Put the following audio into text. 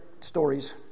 stories